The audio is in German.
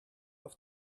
auf